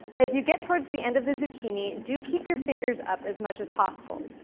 as you get towards the end of the zucchini, do keep your fingers up as much as possible.